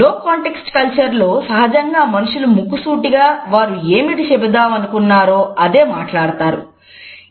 లో context culture లో సహజంగా మనుషులు ముక్కుసూటిగా వారు ఏమిటి చెబుదామనుకున్నారో అది మాట్లాడతారు